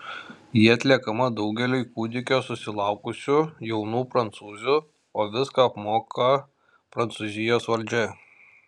ji atliekama daugeliui kūdikio susilaukusių jaunų prancūzių o viską apmoka prancūzijos valdžia